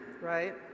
right